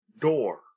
door